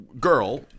girl